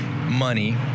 money